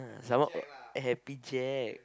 some more happy Jack